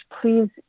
please